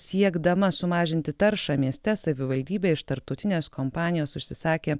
siekdama sumažinti taršą mieste savivaldybė iš tarptautinės kompanijos užsisakė